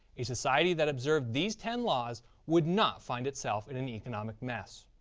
a society that observed these ten laws would not find itself in an economic mess.